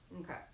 okay